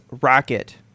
Rocket